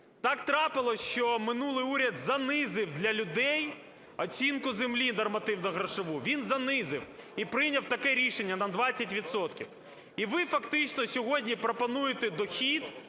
Так трапилось, що минулий уряд занизив для людей оцінку землі нормативно-грошову, він занизив, і прийняв таке рішення - на 20 відсотків. І ви фактично сьогодні пропонуєте дохід